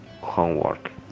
homework